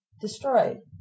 Destroyed